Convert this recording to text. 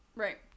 right